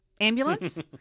ambulance